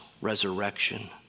resurrection